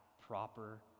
proper